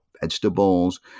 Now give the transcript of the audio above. vegetables